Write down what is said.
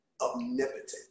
omnipotent